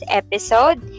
episode